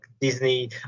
Disney